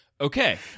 Okay